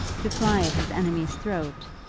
to fly his enemy's throat,